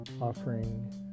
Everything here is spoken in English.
offering